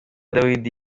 dawidi